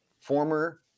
former